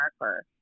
marker